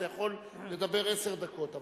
אתה יכול לדבר עשר דקות.